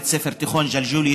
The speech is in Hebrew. בית ספר תיכון ג'לג'וליה,